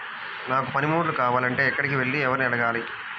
నాకు పనిముట్లు కావాలి అంటే ఎక్కడికి వెళ్లి ఎవరిని ఏమి అడగాలి?